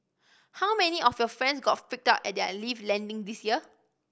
how many of your friends got freaked out at their lift landing this year